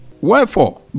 Wherefore